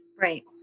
Right